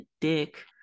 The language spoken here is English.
dick